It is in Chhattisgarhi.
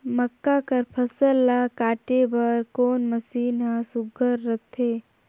मक्का कर फसल ला काटे बर कोन मशीन ह सुघ्घर रथे?